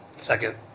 Second